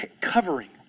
covering